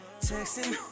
Texting